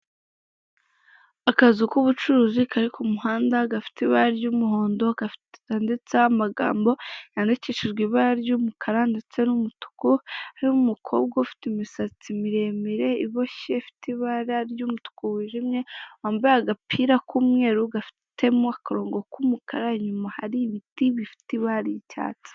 Akazu k'ubucuruzi kari ku kumuhanda gafite ibara ry'umuhondo kanditseho amagambo yandikishijwe ibara ry'umukara ndetse n'umutuku ,harimo umukobwa ufite imisatsi miremire iboshye ifite ibara ry'umutuku wijimye wambaye agapira k'umweru gafitemo akarongo k'umukara inyuma hari ibiti bifite ibara ry'icyatsi.